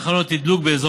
אבל זה גם תלוי באנשי